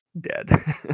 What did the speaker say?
dead